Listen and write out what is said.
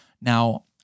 Now